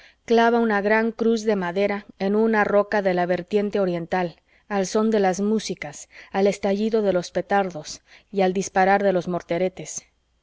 clava una gran cruz de madera en una roca de la vertiente oriental al son de las músicas al estallido de los petardos y al disparar de los morteretes pero